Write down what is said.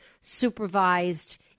supervised